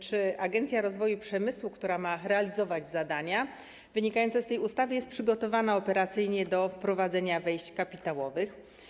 Czy Agencja Rozwoju Przemysłu, która ma realizować zadania wynikające z tej ustawy, jest przygotowana operacyjnie do wprowadzenia wejść kapitałowych?